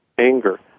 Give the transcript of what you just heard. anger